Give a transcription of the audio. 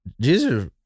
Jesus